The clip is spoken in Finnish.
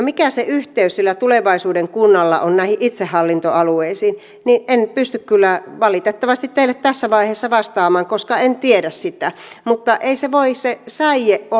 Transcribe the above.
mikä se yhteys sillä tulevaisuuden kunnalla on näihin itsehallintoalueisiin niin en pysty kyllä valitettavasti teille tässä vaiheessa vastaamaan koska en tiedä sitä mutta ei se säie voi olla poikki